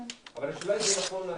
אבל השאלה אם זה נכון לעשות.